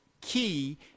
key